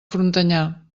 frontanyà